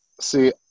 See